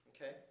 Okay